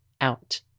out